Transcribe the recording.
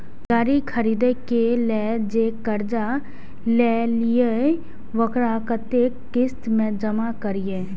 गाड़ी खरदे के लेल जे कर्जा लेलिए वकरा कतेक किस्त में जमा करिए?